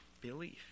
belief